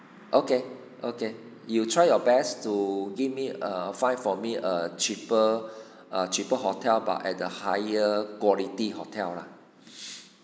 okay okay you try your best to give me a fine for me a cheaper err cheaper hotel but at the higher quality hotel lah